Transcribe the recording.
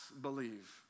believe